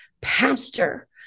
Pastor